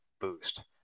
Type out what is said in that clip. boost